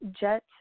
jet